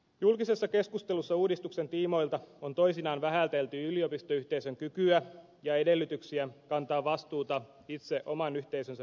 julkisessa keskustelussa uudistuksen tiimoilta on toisinaan vähätelty yliopistoyhteisön kykyä ja edellytyksiä kantaa vastuuta itse oman yhteisönsä päätöksenteosta